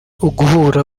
uguhura